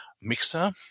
mixer